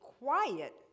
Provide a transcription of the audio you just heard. quiet